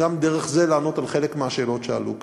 ודרך זה גם לענות על חלק מהשאלות שעלו כאן.